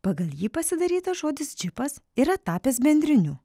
pagal jį pasidarytas žodis džipas yra tapęs bendriniu